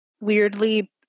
weirdly